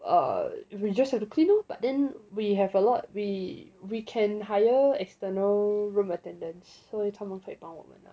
err we just have to clean lor but then we have a lot we we can hire external room attendants so 他们可以帮我们 lah